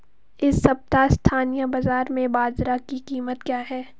इस सप्ताह स्थानीय बाज़ार में बाजरा की कीमत क्या है?